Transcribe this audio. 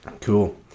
cool